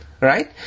Right